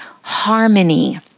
harmony